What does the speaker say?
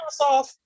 Microsoft